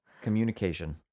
communication